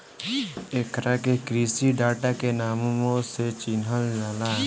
एकरा के कृषि डाटा के नामो से चिनहल जाला